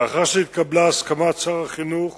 לאחר שהתקבלה הסכמת שר החינוך